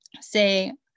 say